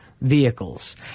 vehicles